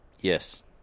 Yes